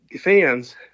fans